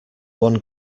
one